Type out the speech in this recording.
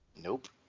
Nope